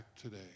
today